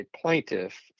plaintiff